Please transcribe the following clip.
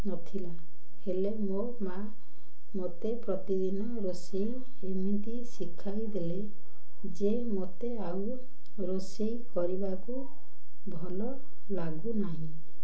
ନଥିଲା ହେଲେ ମୋ ମାଆ ମୋତେ ପ୍ରତିଦିନ ରୋଷେଇ ଏମିତି ଶିଖାଇ ଦେଲେ ଯେ ମୋତେ ଆଉ ରୋଷେଇ କରିବାକୁ ଭଲ ଲାଗୁ ନାହିଁ